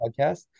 podcast